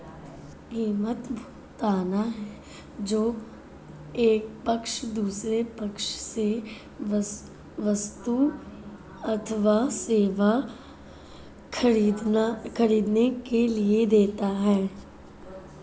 कीमत, भुगतान है जो एक पक्ष दूसरे पक्ष से वस्तु अथवा सेवा ख़रीदने के लिए देता है